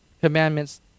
commandments